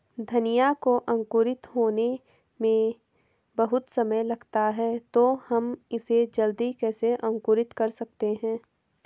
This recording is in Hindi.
धनिया को अंकुरित होने में बहुत समय लगता है तो हम इसे जल्दी कैसे अंकुरित कर सकते हैं?